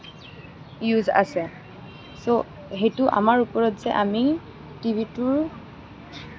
use আছ ছ' সেইটো আমাৰ ওপৰত যে আমি টিভিটোৰ